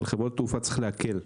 על חברות תעופה צריך להקל,